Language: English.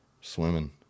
swimming